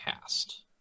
Cast